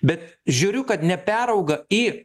bet žiūriu kad neperauga į